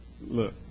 look